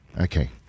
okay